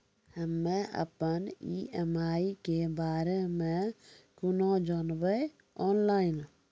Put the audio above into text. हम्मे अपन ई.एम.आई के बारे मे कूना जानबै, ऑनलाइन?